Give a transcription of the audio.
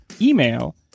email